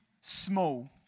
small